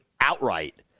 outright